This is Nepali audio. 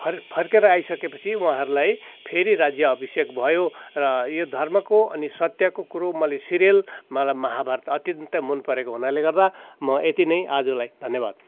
फर् फर्किएर आइसकेपछि उहाँहरूलाई फेरि राज्य अभिषेक भयो र यो धर्मको अनि सत्यको कुरो मैले सिरियल मालाई महाभारत अत्यन्तै मन परेको हुनाले गर्दा म यति नै आजलाई धन्यवाद